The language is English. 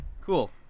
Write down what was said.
Cool